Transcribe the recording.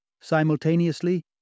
Simultaneously